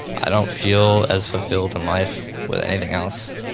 i don't feel as fulfilled in life with anything else.